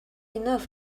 enough